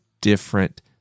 different